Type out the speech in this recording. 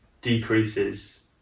decreases